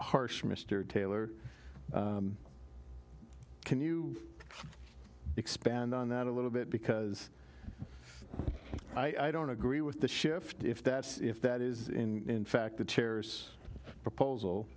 harsh mr taylor can you expand on that a little bit because i don't agree with the shift if that if that is in fact the chairs proposal